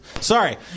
Sorry